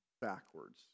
backwards